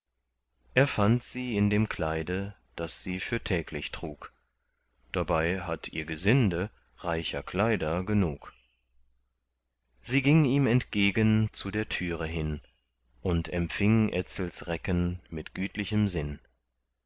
er fand sie in dem kleide das sie für täglich trug dabei hatt ihr gesinde reicher kleider genug sie ging ihm entgegen zu der türe hin und empfing etzels recken mit gütlichem sinn